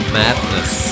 madness